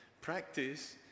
practice